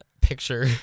picture